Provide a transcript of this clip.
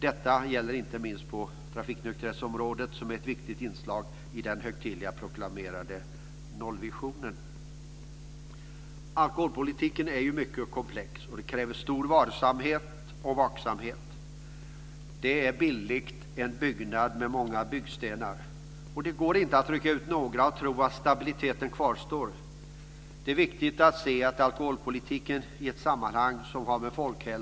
Detta gäller inte minst på trafiknykterhetsområdet som ett viktigt inslag i den högtidligt proklamerade nollvisionen. Alkoholpolitiken är ju mycket komplex och kräver stor varsamhet och vaksamhet. Det är bildligt en byggnad med många byggstenar. Det går inte att rycka ut några och tro att stabiliteten kvarstår. Det är viktigt att se alkoholpolitiken i ett sammanhang som har med folkhälsa göra.